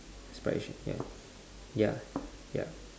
aspiration ya ya ya